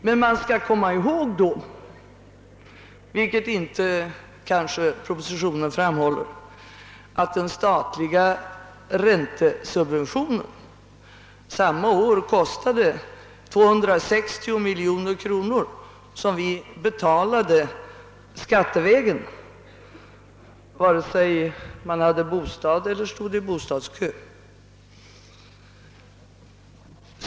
Man bör dock komma ihåg, vilket inte framhålles: i propositionen i detta sammanhang, att den statliga räntesubventionen samma år kostade 260 miljoner kronor, vilket man betalade skattevägen vare sig. man hade bostad eller stod i bostadskö.